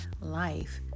life